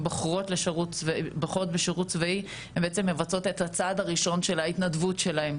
בוחרות בשירות צבאי הן בעצם מבצעות את הצעד הראשון של ההתנדבות שלהם,